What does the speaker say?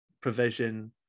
provision